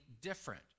different